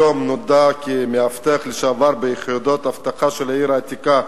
היום נודע כי מאבטחים לשעבר ביחידת האבטחה של העיר העתיקה,